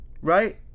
right